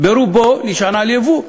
רובו נשען על יבוא.